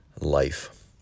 life